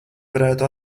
varētu